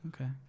Okay